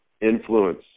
influence